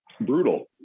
Brutal